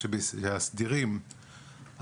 הסדירים,